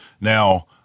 Now